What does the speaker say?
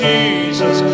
Jesus